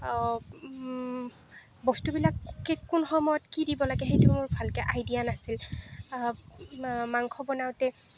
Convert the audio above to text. বস্তুবিলাক ঠিক কোন সময়ত কি দিব লাগে সেইটো মোৰ ভালকৈ আইডিয়া নাছিল মাংস বনাওঁতে